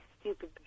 stupid